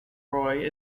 roy